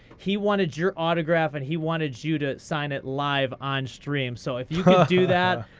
he wanted your autograph, and he wanted you to sign it live on stream. so if do that,